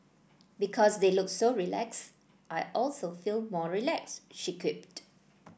because they look so relaxed I also feel more relaxed she quipped